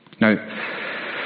Now